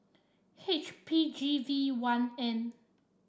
H P G V one N